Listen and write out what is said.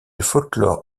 folklore